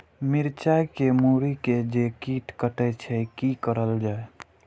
मिरचाय के मुरी के जे कीट कटे छे की करल जाय?